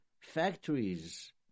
Factories